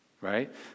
right